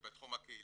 ובתחום הקהילתי,